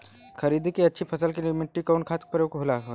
खरीद के अच्छी फसल के लिए मिट्टी में कवन खाद के प्रयोग होखेला?